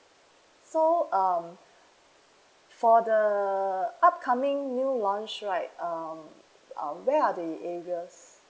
so um for the upcoming new launch right um uh where are the areas